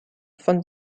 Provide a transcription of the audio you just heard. von